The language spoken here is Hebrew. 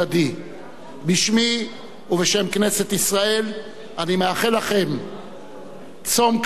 בשמי ובשם כנסת ישראל אני מאחל לכם צום קל ומבורך.